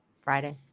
Friday